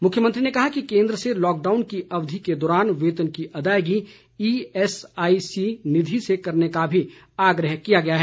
मुख्यमंत्री ने कहा कि केंद्र से लॉकडाउन की अवधि के दौरान वेतन की अदायगी ईएसआईसी निधि से करने का भी आग्रह किया गया है